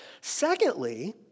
Secondly